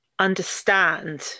understand